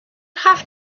have